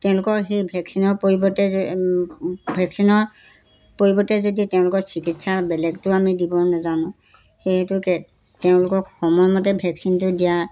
তেওঁলোকক সেই ভেকচিনৰ পৰিৱৰ্তে ভেকচিনৰ পৰিৱৰ্তে যদি তেওঁলোকৰ চিকিৎসা বেলেগটো আমি দিব নাজানো সেইটোকে তেওঁলোকক সময়মতে ভেকচিনটো দিয়া